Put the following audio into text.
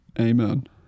Amen